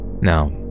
Now